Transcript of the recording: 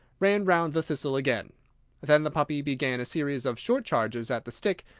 ran round the thistle again then the puppy began a series of short charges at the stick,